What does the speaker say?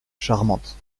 charmante